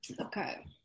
Okay